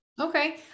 Okay